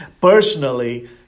personally